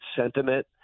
sentiment